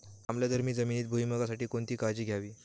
आम्लधर्मी जमिनीत भुईमूगासाठी कोणती काळजी घ्यावी?